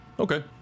Okay